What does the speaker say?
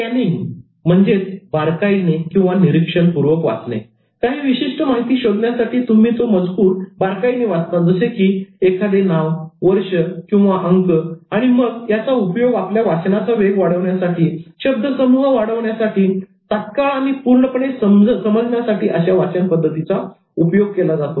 scanning बारकाईनेनिरीक्षण पूर्वक वाचणे काही विशिष्ट माहिती शोधण्यासाठी तुम्ही तो मजकूर बारकाईने वाचता जसे की एखादे नाव वर्ष किंवा अंक आणि मग याचा उपयोग आपल्या वाचनाचा वेग वाढवण्यासाठी शब्दसमूह वाचण्यासाठी तत्काळ आणि पूर्णपणे समजण्यासाठी अशा वाचन पद्धतीचा उपयोग केला जातो